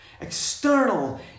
External